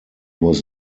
was